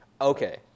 Okay